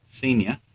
senior